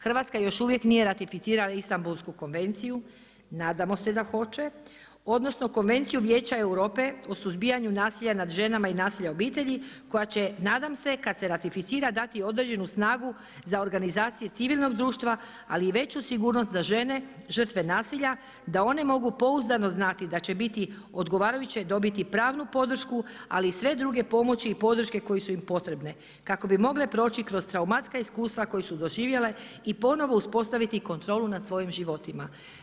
Hrvatska još uvijek nije ratificirala Istanbulsku konvenciju, nadamo se da hoće, odnosno Konvenciju Vijeća Europe o suzbijanju nasilja nad ženama i nasilja u obitelji koja će nadam se, kad se ratificira dati određenu snagu za organizacije civilnog društva ali i veću sigurnost za žene žrtve nasilja da one mogu pouzdano znati da će biti odgovarajuće dobri pravnu podršku ali i sve druge pomoći podrške koje su im potrebne kako bi mogle proći kroz traumatska iskustva koja su doživjele i ponovno uspostaviti kontrolu nad svojim životima.